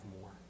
more